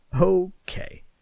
Okay